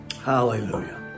Hallelujah